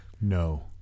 No